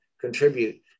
contribute